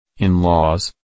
In-laws